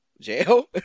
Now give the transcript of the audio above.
jail